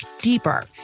deeper